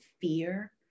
fear